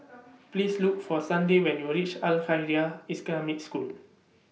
Please Look For Sunday when YOU REACH Al Khairiah School